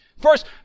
first